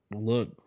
look